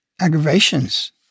aggravations